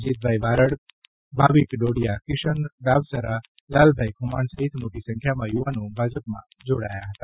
જીતભાઈ બારડ ભાવિક ડોડીયા કિશન ડાબસરા લાલભાઈ ખુમાણ સહિત મોટી સંખ્યામાં યુવાનો ભાજપમાં જોડાયા હતા